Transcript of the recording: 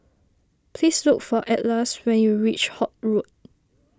please look for Atlas when you reach Holt Road